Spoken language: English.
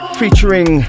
featuring